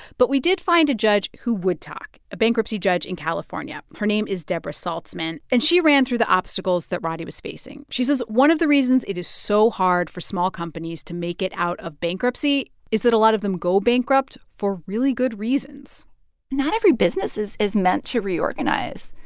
but we did find a judge who would talk, a bankruptcy judge in california. her name is deborah saltzman. and she ran through the obstacles that roddey was facing. she says one of the reasons it is so hard for small companies to make it out of bankruptcy is that a lot of them go bankrupt for really good reasons not every business is is meant to reorganize.